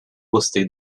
gostei